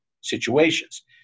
situations